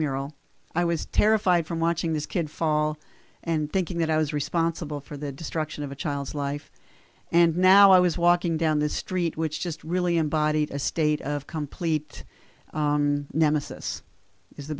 mural i was terrified from watching this kid fall and thinking that i was responsible for the destruction of a child's life and now i was walking down the street which just really embodied a state of complete nemesis is the